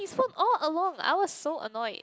so all along I was so annoyed